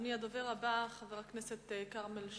הדובר הבא, חבר הכנסת כרמל שאמה,